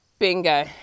bingo